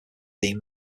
theme